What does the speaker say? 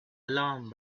alarmed